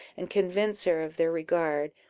and convince her of their regard,